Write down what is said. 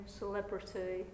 celebrity